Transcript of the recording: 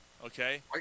Okay